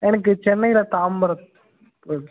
எனக்கு சென்னையில் தாம்பரம் ம்